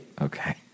Okay